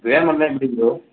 பேமெண்ட்லாம் எப்படி ப்ரோ